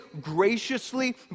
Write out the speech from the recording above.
graciously